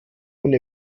und